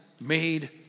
made